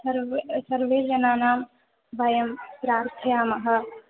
सर्वे सर्वे जनानां वयं प्रार्थयामः